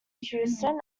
houston